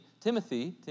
Timothy